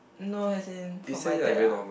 no as in for my dad ah